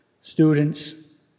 Students